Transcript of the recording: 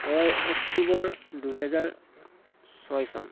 ছয় অক্টোবৰ দুহেজাৰ ছয় চন